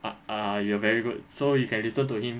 ah ah you are very good so you can listen to him